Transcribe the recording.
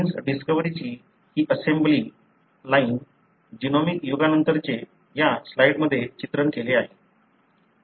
jeans डिस्कव्हरीची ही assembly line genomic युगानंतरचे या स्लाइडमध्ये चित्रण केले आहे